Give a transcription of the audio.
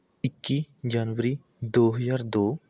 ਇੱਕੀ ਜਨਵਰੀ ਦੋ ਹਜ਼ਾਰ ਦੋ